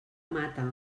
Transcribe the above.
mata